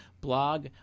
blog